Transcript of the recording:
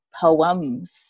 poems